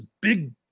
big